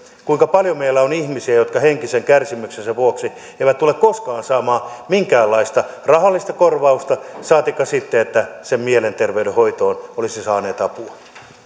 kuinka paljon meillä on ihmisiä jotka henkisen kärsimyksensä vuoksi eivät tule koskaan saamaan minkäänlaista rahallista korvausta saatikka sitten että sen mielenterveyden hoitoon olisivat saaneet apua